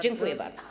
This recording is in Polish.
Dziękuję bardzo.